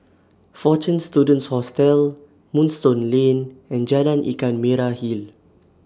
Fortune Students Hostel Moonstone Lane and Jalan Ikan Merah Hill